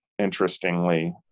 Interestingly